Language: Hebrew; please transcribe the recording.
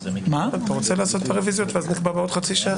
אתה רוצה לעשות את הרוויזיות ואז נקבע בעוד חצי שעה.